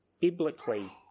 biblically